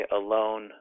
alone